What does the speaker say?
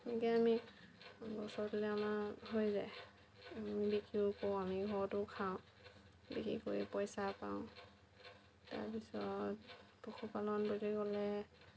সেনেকে আমি বছৰটোলে আমাৰ হৈ যায় আমি বিক্ৰীও কৰোঁ আমি ঘৰতো খাওঁ বিক্ৰী কৰি পইচা পাওঁ তাৰপিছত পশুপালন বুলি ক'লে